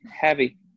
heavy